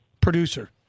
producer